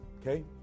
okay